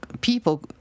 people